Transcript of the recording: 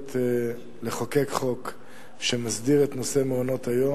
היכולת לחוקק חוק שמסדיר את נושא מעונות-היום,